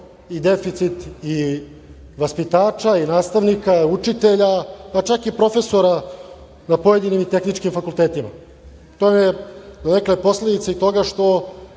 i deficit vaspitača i nastavnika, učitelja, pa čak i profesora na pojedinim tehničkim fakultetima. To je donekle posledica i toga što